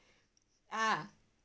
ah